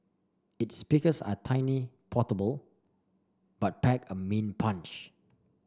its speakers are tiny portable but pack a mean punch